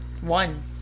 One